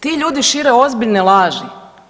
Ti ljudi šire ozbiljne laži.